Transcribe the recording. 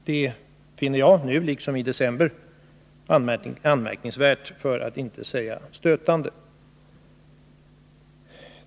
Det finner jag nu liksom i december anmärkningsvärt för att inte säga stötande.